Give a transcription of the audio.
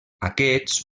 aquests